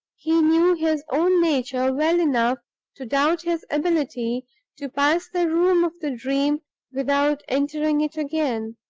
he knew his own nature well enough to doubt his ability to pass the room of the dream without entering it again.